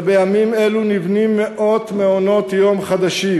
ובימים אלו נבנים מאות מעונות-יום חדשים,